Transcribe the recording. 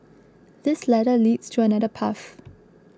this ladder leads to another path